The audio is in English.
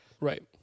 right